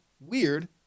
weird